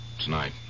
Tonight